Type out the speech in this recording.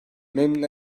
memnun